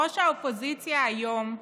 ראש האופוזיציה היום,